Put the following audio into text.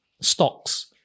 stocks